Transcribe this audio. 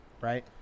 Right